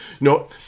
No